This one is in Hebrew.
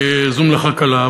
זו מלאכה קלה.